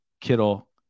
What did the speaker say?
Kittle